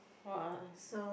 !wah!